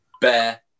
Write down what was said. bear